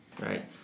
Right